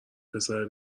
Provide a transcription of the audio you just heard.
پسره